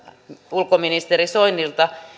ulkoministeri soinilta